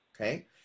okay